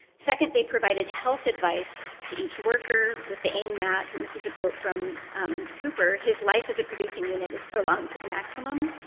second, they provided health advice to each worker with the aim that and this is a quote from cooper his life as a producing unit is prolonged to the maximum.